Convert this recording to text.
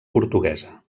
portuguesa